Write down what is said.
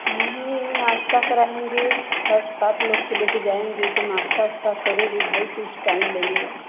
नहीं नाश्ता कराएँगे सब साथ लोग के लेकर जाएँगे तो नाश्ता वास्ता करेंगे भाई कुछ टाइम लगेगा